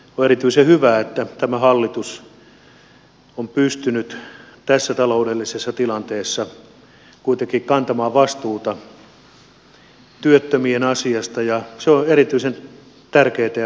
on erityisen hyvä että tämä hallitus on pystynyt tässä taloudellisessa tilanteessa kuitenkin kantamaan vastuuta työttömien asiasta ja se on erityisen tärkeätä ja merkille pantavaa